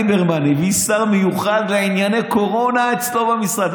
ליברמן הביא שר מיוחד לענייני קורונה אצלו במשרד.